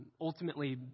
ultimately